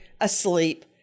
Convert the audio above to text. asleep